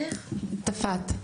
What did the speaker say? מה זה טפת?